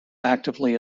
actively